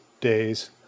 days